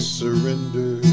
surrender